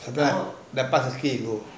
!huh!